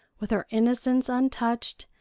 with her innocence untouched,